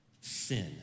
sin